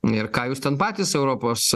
ir ką jūs ten patys europos